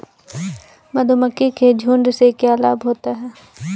मधुमक्खी के झुंड से क्या लाभ होता है?